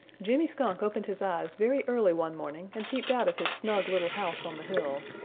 jimmy skunk opened his eyes very early one morning and peeped out of his snug little house on the hill.